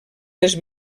les